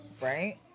right